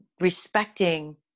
respecting